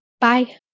Bye